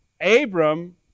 Abram